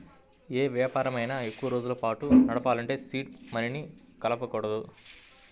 యే వ్యాపారమైనా ఎక్కువరోజుల పాటు నడపాలంటే సీడ్ మనీని కదపకూడదు